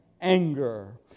anger